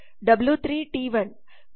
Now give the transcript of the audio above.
W 3 T 1